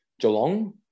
Geelong